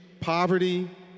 poverty